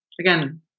again